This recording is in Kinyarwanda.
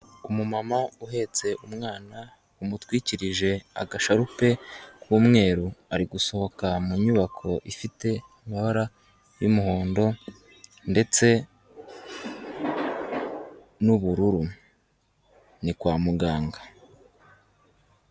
Umumama uhetse umwana umutwikirije agasharupe k'umweru ari gusohoka mu nyubako ifite amabara y'umuhondo ndetse n'ubururu ni kwa muganga.